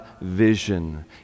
vision